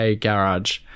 Garage